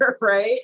right